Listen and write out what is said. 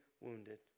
wounded